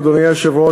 אדוני היושב-ראש,